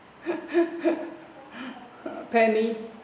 penny